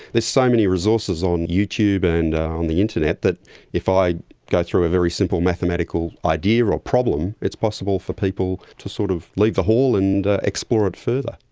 there's so many resources on youtube and on the internet, that if i go through a very simple mathematical idea or problem, it's possible for people to sort of leave the hall and explore it further.